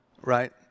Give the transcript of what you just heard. right